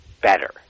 better